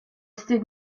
stood